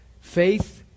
faith